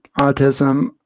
autism